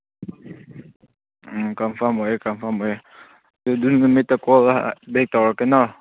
ꯎꯝ confirm ꯑꯣꯏꯔꯦ confirm ꯑꯣꯏꯔꯦ ꯑꯗꯨ ꯅꯨꯃꯤꯠꯇ ꯀꯣꯜ ꯕꯦꯛ ꯇꯧꯔꯛꯀꯦꯅ